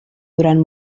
durant